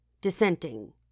Dissenting